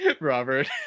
Robert